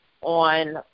on